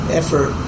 effort